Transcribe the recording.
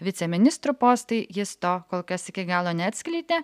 viceministrų postai jis to kol kas iki galo neatskleidė